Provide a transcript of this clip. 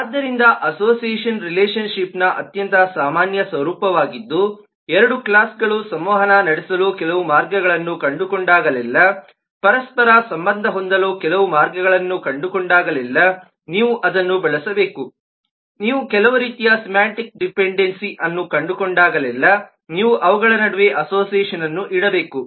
ಆದ್ದರಿಂದ ಅಸೋಸಿಯೇಷನ್ ರಿಲೇಶನ್ ಶಿಪ್ನ ಅತ್ಯಂತ ಸಾಮಾನ್ಯ ಸ್ವರೂಪವಾಗಿದ್ದು ಎರಡು ಕ್ಲಾಸ್ಗಳು ಸಂವಹನ ನಡೆಸಲು ಕೆಲವು ಮಾರ್ಗಗಳನ್ನು ಕಂಡುಕೊಂಡಾಗಲೆಲ್ಲಾ ಪರಸ್ಪರ ಸಂಬಂಧ ಹೊಂದಲು ಕೆಲವು ಮಾರ್ಗಗಳನ್ನು ಕಂಡುಕೊಂಡಾಗಲೆಲ್ಲಾ ನೀವು ಅದನ್ನು ಬಳಸಬೇಕು ನೀವು ಕೆಲವು ರೀತಿಯ ಸಿಮ್ಯಾಟಿಕ್ ಡಿಫೆನ್ಡೆನ್ಸಿಅನ್ನು ಕಂಡುಕೊಂಡಾಗಲೆಲ್ಲಾ ನೀವು ಅವುಗಳ ನಡುವೆ ಅಸೋಸಿಯೇಷನ್ಅನ್ನು ಇಡಬೇಕು